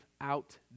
out